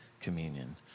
communion